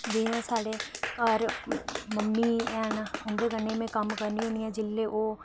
जियां साढ़े घर मम्मी हैन उन्दे कन्नै मी कम्म करनी हुन्नी आं जिल्ले ओह्